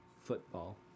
football